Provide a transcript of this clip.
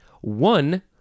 one